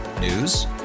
News